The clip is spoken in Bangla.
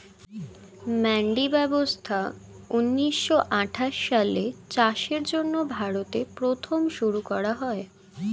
মান্ডি ব্যবস্থা ঊন্নিশো আঠাশ সালে চাষের জন্য ভারতে প্রথম শুরু করা হয়